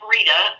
Rita